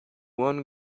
one